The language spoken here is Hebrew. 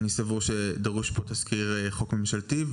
אני סבור שדרוש פה תזכיר חוק ממשלתי,